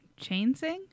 chainsing